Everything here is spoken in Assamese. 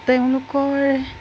তেওঁলোকৰ